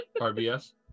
RBS